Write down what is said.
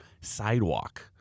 sidewalk